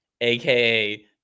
aka